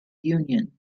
union